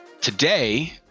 Today